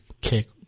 kick